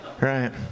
right